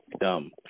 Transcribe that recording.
dumb